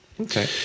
Okay